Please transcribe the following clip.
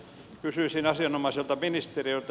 kysyisin asianomaiselta ministeriltä